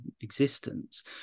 existence